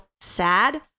sad